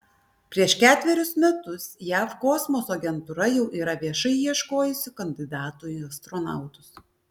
prieš ketverius metus jav kosmoso agentūra jau yra viešai ieškojusi kandidatų į astronautus